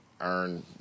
earn